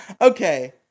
Okay